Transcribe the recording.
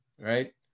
right